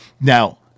Now-